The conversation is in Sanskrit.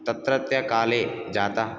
तत्रत्यकाले जाता